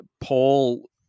Paul